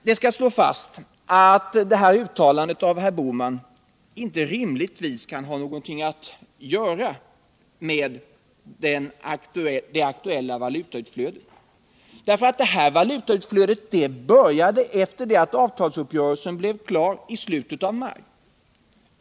Det skall slås fast att detta uttalande av herr Bohman icke rimligtvis kan ha något att göra med det aktuella valutautflödet. Valutautflödet började efter det att avtalsuppgörelsen blev klar i slutet av maj.